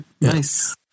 Nice